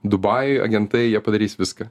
dubajuj agentai jie padarys viską